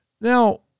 Now